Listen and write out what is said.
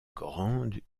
grande